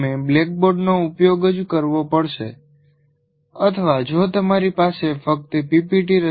પછી તમે બ્લેકબોર્ડનો ઉપયોગ જ કરવો પડશે અથવા જો તમારી પાસે ફક્ત પી